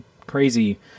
crazy